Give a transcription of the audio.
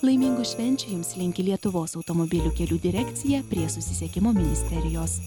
laimingų švenčių jums linki lietuvos automobilių kelių direkcija prie susisiekimo ministerijos